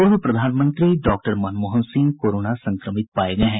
पूर्व प्रधानमंत्री doctor Manmohan Singh corona संक्रमित पाये गये हैं